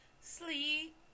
Sleep